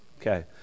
Okay